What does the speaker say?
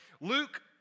Luke